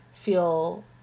feel